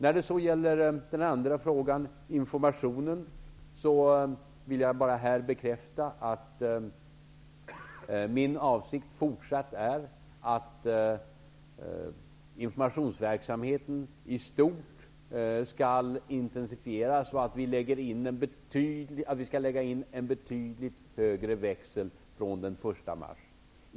När det så gäller den andra frågan, som avsåg informationen, vill jag här bekräfta att min avsikt fortsatt är att informationsverksamheten i stort skall intensifieras. Vi skall lägga in en betydligt högre växel från den 1 mars.